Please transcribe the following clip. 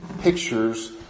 pictures